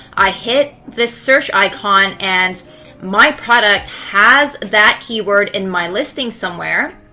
i hit this search icon and my product has that keyword in my listing somewhere,